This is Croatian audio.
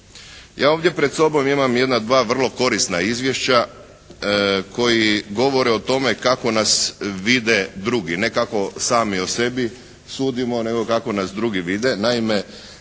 Ja ovdje pred sobom imam jedna dva vrlo korisna izvješća koji govore o tome kako nas vide drugi. Ne kako sami o sebi sudimo nego kako nas drugi vide.